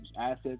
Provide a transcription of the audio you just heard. assets